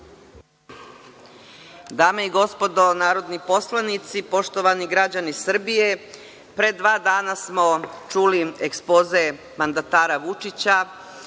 Dame i gospodo narodni poslanici, poštovani građani Srbije, pre dva dana smo čuli ekspoze mandatara Vučića